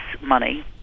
money